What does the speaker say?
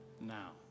now